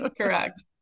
correct